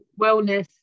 wellness